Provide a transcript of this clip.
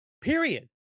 period